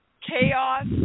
chaos